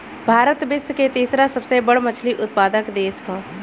भारत विश्व के तीसरा सबसे बड़ मछली उत्पादक देश ह